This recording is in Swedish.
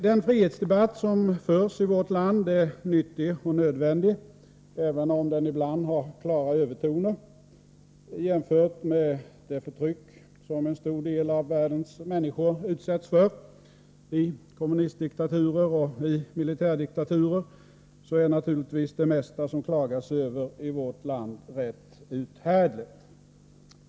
Den frihetsdebatt som förs i vårt land är nyttig och nödvändig, även om den ibland har klara övertoner. Jämfört med det förtryck som en stor del av världens människor utsätts för — i kommunistdiktaturer och i militärdiktaturer — är naturligtvis det mesta som klagas över i vårt land rätt uthärdligt.